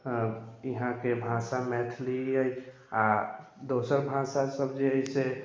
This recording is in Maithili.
यहाँके भाषा मैथिली अइ आओर दोसर भाषा सब जे है से